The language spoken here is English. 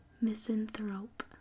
Misanthrope